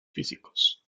físicos